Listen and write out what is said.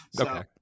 Okay